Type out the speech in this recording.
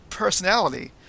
personality